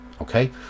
okay